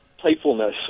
playfulness